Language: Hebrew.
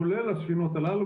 כולל הספינות הללו,